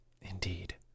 Indeed